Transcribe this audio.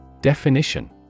Definition